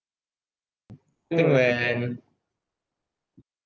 I think when